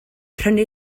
prynu